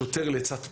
שוטר לצד פקח,